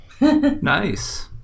Nice